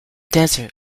desert